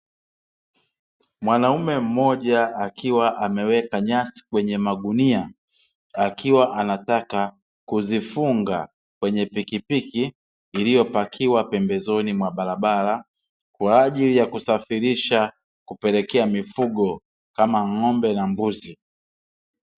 Mwanaume mmoja akiwa ameweka nyasi kwenye magunia akiwa anataka kuzifunga kwenye pikipiki iliyopakiwa pembezoni mwa barabara kwa ajili ya kusafirisha kupelekea mifugo kama ng'ombe na mbuzi